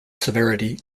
severity